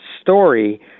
story